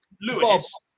Lewis